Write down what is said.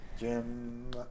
Jim